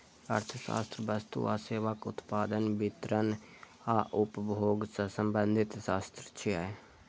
अर्थशास्त्र वस्तु आ सेवाक उत्पादन, वितरण आ उपभोग सं संबंधित शास्त्र छियै